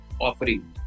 offering